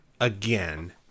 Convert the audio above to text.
again